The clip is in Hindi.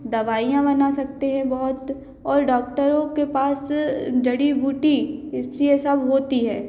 दवाइयाँ बना सकते हैं बहुत और डॉक्टरों के पास जड़ी बूटी इससे यह सब होती है